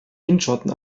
windschatten